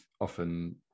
often